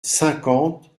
cinquante